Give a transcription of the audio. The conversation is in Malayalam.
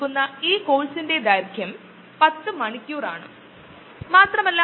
നമ്മുടെ കൈ നോക്കുക ആണെകിൽ അതായത് ഒരു കൈ ഒരു ഭ്രൂണത്തിൽ തുടങ്ങി മാസ്സ് കൊണ്ട് മുഴുവൻ നിറഞ്ഞ ഒന്ന്